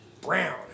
Brown